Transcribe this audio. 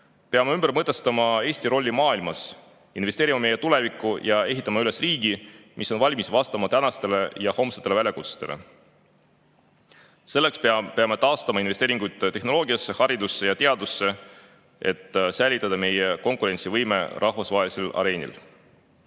Peame ümber mõtestama Eesti rolli maailmas, investeerima meie tulevikku ning ehitama üles riigi, mis on valmis vastama tänastele ja homsetele väljakutsetele. Selleks peame taastama investeeringud tehnoloogiasse, haridusse ja teadusse, et säilitada meie konkurentsivõime rahvusvahelisel areenil. Eesti